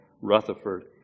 Rutherford